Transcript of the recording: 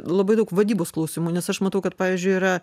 labai daug vadybos klausimų nes aš matau kad pavyzdžiui yra